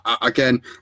again